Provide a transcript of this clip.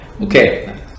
Okay